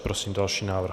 Prosím další návrh.